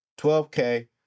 12K